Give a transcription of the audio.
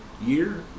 year